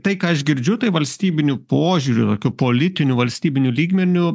tai ką aš girdžiu tai valstybiniu požiūriu tokiu politiniu valstybiniu lygmeniu